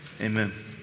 amen